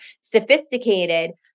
sophisticated